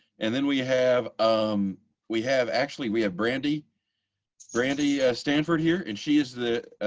and then we have um we have actually we have brandi brandi stanford here and she is the